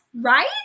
Right